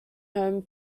home